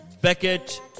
Beckett